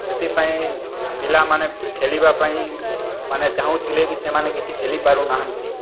ସେଥିପାଇଁ ପିଲାମାନେ ଖେଲିବା ପାଇଁ ମାନେ ଚାହୁଁଥିଲେ ବି ସେମାନେ କିଛି ଖେଲି ପାରୁ ନାହାନ୍ତି